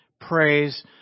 praise